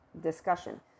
discussion